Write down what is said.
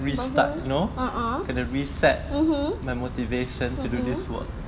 bagus lah a'ah mmhmm mmhmm